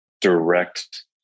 direct